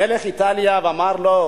מלך איטליה אמר לו: